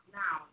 now